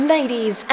Ladies